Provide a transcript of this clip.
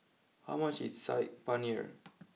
how much is Saag Paneer